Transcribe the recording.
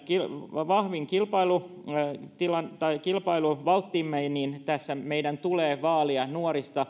vahvin kilpailuvalttimme tässä meidän tulee vaalia nuoria